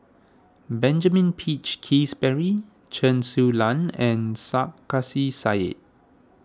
Benjamin Peach Keasberry Chen Su Lan and Sarkasi